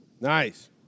Nice